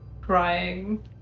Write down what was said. crying